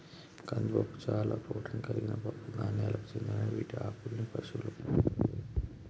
కందిపప్పు చాలా ప్రోటాన్ కలిగిన పప్పు ధాన్యాలకు చెందిన వీటి ఆకుల్ని పశువుల మేతకు వేస్తారు